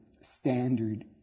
standard